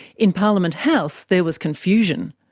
in parliament house, there was confusion.